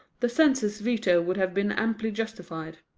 the censor's veto would have been amply justified.